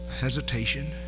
hesitation